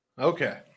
Okay